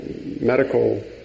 medical